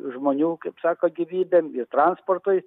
žmonių kaip sako gyvybėm ir transportui